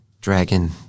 dragon